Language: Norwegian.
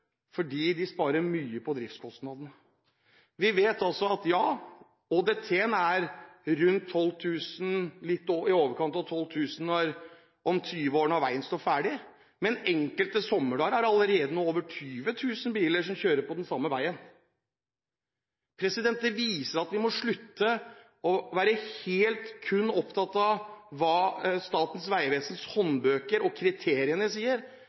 fordi de sparer mye på driftskostnadene. Vi vet også at ÅDT-en er litt i overkant av 12 000 om 20 år når veien står ferdig. Men på enkelte sommerdager er det allerede nå over 20 000 biler som kjører på den samme veien. Det viser at vi må slutte med kun å være opptatt av hva Statens vegvesens håndbøker og kriteriene sier,